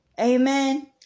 Amen